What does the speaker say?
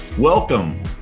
Welcome